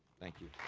thank you.